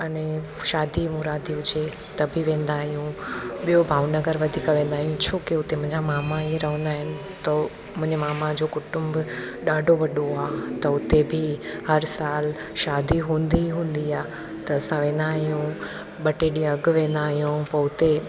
अने शादी मुरादी हुजे त बि वेंदा आहियूं ॿियो भावनगर वधीक वेंदा आहियूं छो की हुते मुंहिंजा मामा ई रहंदा आहिनि तो मुंहिंजे मामा जो कुटुंबु ॾाढो वॾो आहे त हुते बि हर सालु शादी हूंदी ई हूंदी आहे त असां वेंदा आहियूं ॿ टे ॾींहं अॻु वेंदा आहियूं पोइ हुते